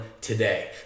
today